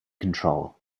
control